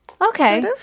Okay